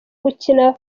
gukina